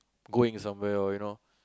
going somewhere or you know